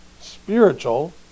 spiritual